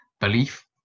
belief